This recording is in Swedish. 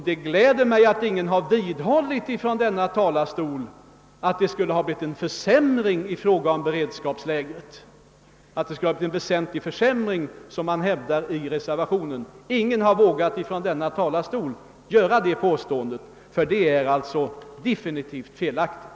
Det gläder mig att ingen från denna talarstol har vågat vidhålla påståendet att beredskapsläget väsentligt skulle ha försämrats, som hävdas i reservationen. Det påståendet är definitivt felaktigt.